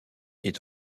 est